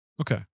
Okay